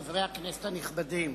חברי הכנסת הנכבדים,